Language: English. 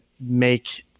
make